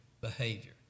behavior